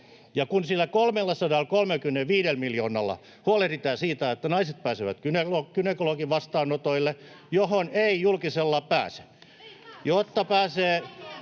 Ja kun sillä 335 miljoonalla huolehditaan siitä, että naiset pääsevät gynekologin vastaanotolle, johon ei julkisella pääse,